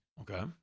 Okay